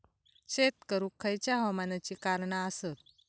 शेत करुक खयच्या हवामानाची कारणा आसत?